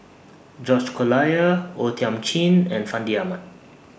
George Collyer O Thiam Chin and Fandi Ahmad